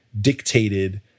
dictated